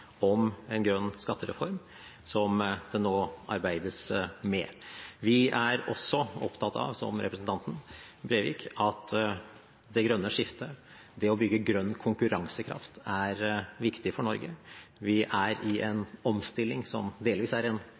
om en grønn skattereform, som det nå arbeides med. Vi er også – som representanten Breivik – opptatt av at det grønne skiftet, det å bygge grønn konkurransekraft, er viktig for Norge. Vi er i en omstilling som delvis er en